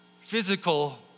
physical